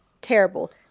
terrible